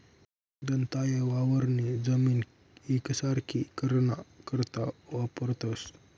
दंताये वावरनी जमीन येकसारखी कराना करता वापरतंस